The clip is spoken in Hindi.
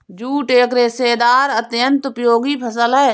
जूट एक रेशेदार अत्यन्त उपयोगी फसल है